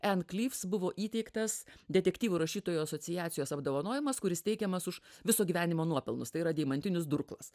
ann klyvs buvo įteiktas detektyvų rašytojų asociacijos apdovanojimas kuris teikiamas už viso gyvenimo nuopelnus tai yra deimantinis durklas